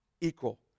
Equal